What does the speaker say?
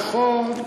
נכון.